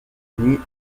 unis